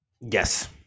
yes